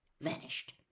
vanished